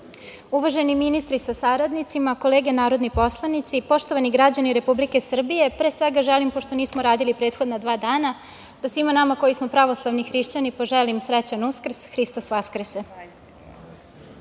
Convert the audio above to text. uvaženi ministri sa saradnicima, kolege narodni poslanici, poštovani građani Republike Srbije, pre svega želim, pošto nismo radili prethodna dva dana, da svima nama koji smo pravoslavni hrišćani poželim srećan Uskrs, Hristos Voskrese. Danas